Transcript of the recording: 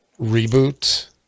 reboot